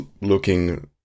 looking